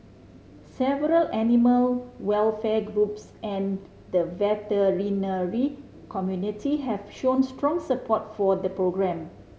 several animal welfare groups and the veterinary community have shown strong support for the programme